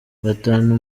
batanu